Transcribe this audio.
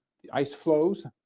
the ice flows,